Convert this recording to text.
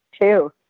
Two